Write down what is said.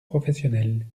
professionnels